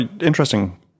interesting